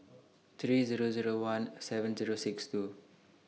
three Zero Zero one seven Zero six two